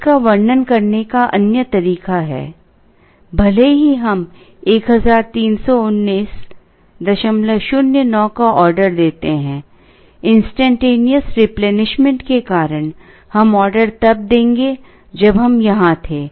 इसका वर्णन करने का अन्य तरीका है भले ही हम 131909 का ऑर्डर देते हैं इंस्टैन्टेनियस रिप्लेनिशमेंट के कारण हम ऑर्डर तब देंगे जब हम यहां थे